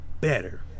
better